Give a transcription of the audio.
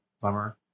summer